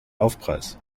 aufpreis